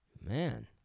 Man